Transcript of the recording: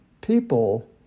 people